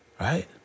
Right